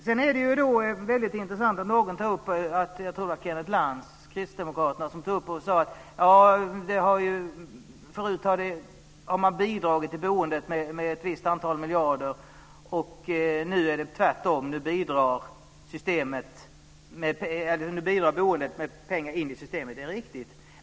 Sedan var det som jag tror togs upp av Kenneth Lantz, kristdemokraterna, väldigt intressant, nämligen att man tidigare har bidragit till boendet med ett visst antal miljarder och att det nu är tvärtom, att boendet bidrar med pengar in i systemet. Det är riktigt.